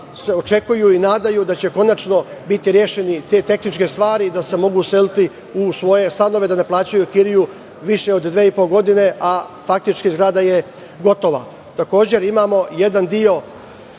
očekuju i nadaju se da će konačno biti rešene te tehničke stvari i da se mogu useliti u svoje stanove, da ne plaćaju kiriju, više od dve i po godine, a faktički zgrada je gotova. Imamo jedan deo